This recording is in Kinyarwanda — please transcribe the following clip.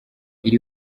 iri